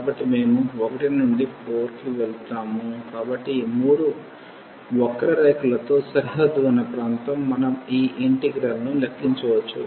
కాబట్టి మేము 1 నుండి 4 కి వెళ్తాము కాబట్టి ఈ మూడు వక్రరేఖలతో సరిహద్దు ఉన్న ప్రాంతం మనం ఈ ఇంటిగ్రల్ ను లెక్కించవచ్చు